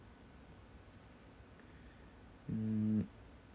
hmm